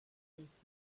this